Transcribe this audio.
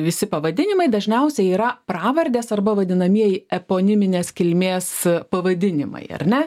visi pavadinimai dažniausiai yra pravardės arba vadinamieji eponiminės kilmės pavadinimai ar ne